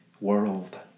world